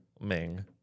Ming